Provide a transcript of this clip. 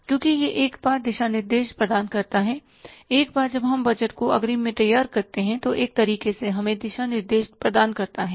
क्योंकि यह एक बार दिशा निर्देश प्रदान करता है एक बार जब हम बजट को अग्रिम में तैयार करते हैं तो यह एक तरीके से हमें दिशा निर्देश प्रदान करता है